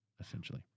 essentially